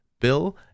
bill